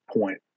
point